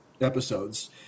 episodes